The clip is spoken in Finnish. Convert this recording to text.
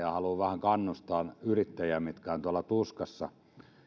ja haluan vähän kannustaa yrittäjiä jotka ovat tuossa tuskassa